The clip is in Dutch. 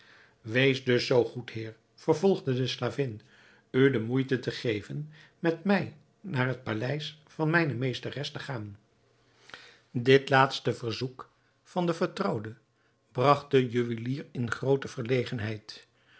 wees dus zoo goed heer vervolgde de slavin u de moeite te geven met mij naar het paleis van mijne meesteres te gaan dit laatste verzoek van de vertrouwde bragt den juwelier in groote verlegenheid